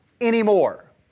anymore